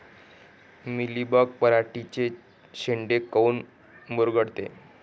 Mealybug पराटीचे चे शेंडे काऊन मुरगळते?